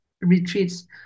retreats